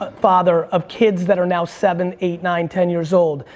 ah father of kids that are now seven, eight, nine, ten years old.